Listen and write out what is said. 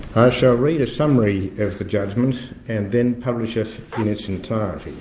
i shall read a summary of the judgment and then publish it in its entirety.